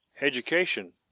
Education